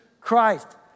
Christ